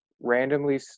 randomly